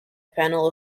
panel